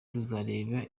tuzareba